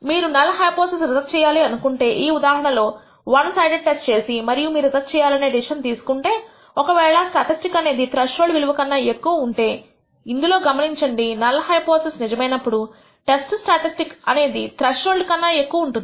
మీరు null hypothesis reject చేయాలి అనుకుంటే ఈ ఉదాహరణ లో వన్ సైడెడ్ టెస్ట్ చేసి మరియు మీరు రిజెక్ట్ చేయాలనే డెసిషన్ తీసుకుంటే ఒకవేళ స్టాటిస్టిక్ అనేది త్రెష్హోల్డ్ విలువ కన్నా ఎక్కువ ఉంటే ఇందులో గమనించండి నల్ హైపోథిసిస్ నిజమైనప్పుడు టెస్ట్ స్టాటిస్టిక్ అనేది త్రెష్హోల్డ్ కన్నా ఎక్కువ ఉంటుంది